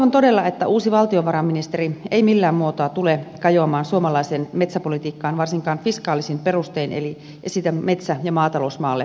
toivon todella että uusi valtiovarainministeri ei millään muotoa tule kajoamaan suomalaiseen metsäpolitiikkaan varsinkaan fiskaalisin perustein eli esitä metsä ja maatalousmaalle kiinteistöveroa